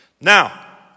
Now